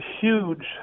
huge